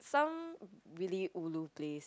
some really ulu place